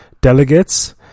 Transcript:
delegates